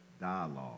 dialogue